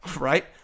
right